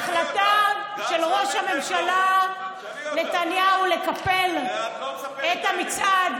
החלטה של ראש הממשלה נתניהו לקפל את המצעד,